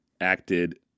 acted